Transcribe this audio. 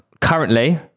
Currently